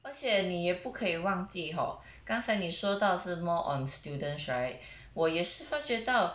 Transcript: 而且你也不可以忘记 hor 刚才你说到是 more on students right 我也是发觉到